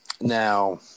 Now